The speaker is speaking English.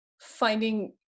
finding